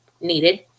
needed